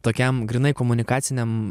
tokiam grynai komunikaciniam